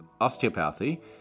osteopathy